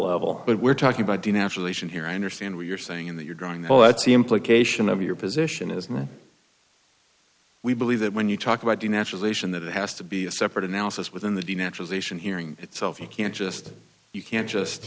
level but we're talking about the national ation here i understand what you're saying in that you're drawing well that's the implication of your position isn't we believe that when you talk about the naturalization that it has to be a separate analysis within the de naturalization hearing itself you can't just you can't just